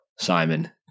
Simon